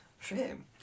Shame